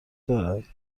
دارد